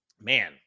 man